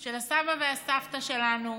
של הסבא והסבתא שלנו,